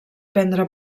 prendre